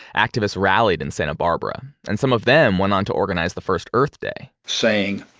activists rallied in santa barbara and some of them went onto organize the first earth day saying,